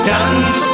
Dance